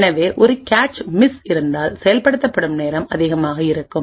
எனவே ஒரு cache miss இருந்தால் செயல்படுத்தப்படும் நேரம் அதிகமாக இருக்கும்